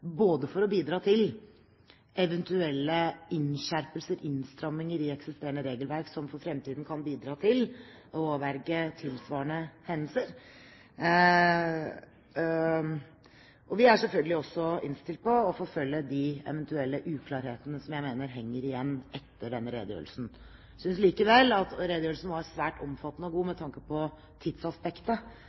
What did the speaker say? for å bidra til eventuelle innskjerpelser, innstramminger i eksisterende regelverk, som for fremtiden kan bidra til å avverge tilsvarende hendelser. Vi er selvfølgelig også innstilt på å forfølge de eventuelle uklarhetene som jeg mener henger igjen etter denne redegjørelsen. Jeg synes likevel at redegjørelsen var svært omfattende og god, med tanke på tidsaspektet